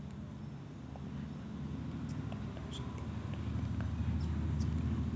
कोनच्या कंपनीचा ट्रॅक्टर शेती करायले कामाचे अन चांगला राहीनं?